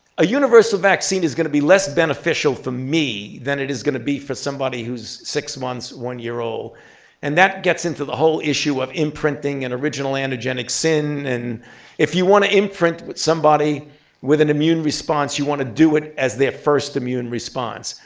a universal vaccine is going to be less beneficial for me than it is going to be for somebody who's six months, one-year-old. and that and that gets into the whole issue of imprinting and original antigenic sin. and if you want to imprint with somebody with an immune response, you want to do it as their first immune response.